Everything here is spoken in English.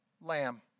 Lamb